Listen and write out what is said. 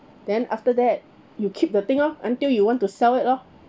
then after that you keep the thing lor until you want to sell it lor